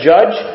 Judge